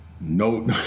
No